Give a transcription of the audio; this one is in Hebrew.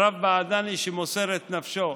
הרב בעדני, שמוסר את נפשו.